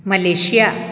Malaysia